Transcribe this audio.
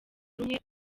rumwe